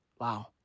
Wow